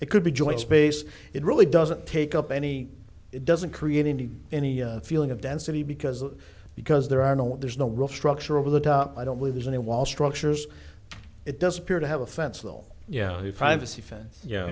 it could be joint space it really doesn't take up any it doesn't create any any feeling of density because that because there are no there's no rough structure of the top i don't believe there's any wall structures it does appear to have a fence well yeah privacy fence yeah